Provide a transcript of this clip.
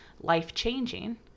life-changing